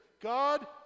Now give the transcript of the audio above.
God